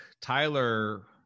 Tyler